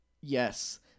Yes